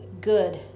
good